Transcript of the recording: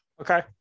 Okay